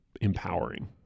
empowering